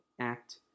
act